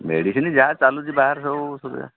medicine ଯାହା ଚାଲୁଛି ବାହାରେ ସବୁ ସୁବିଧା